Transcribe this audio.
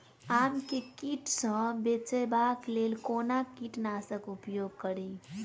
आम केँ कीट सऽ बचेबाक लेल कोना कीट नाशक उपयोग करि?